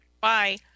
Bye